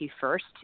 first